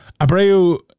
Abreu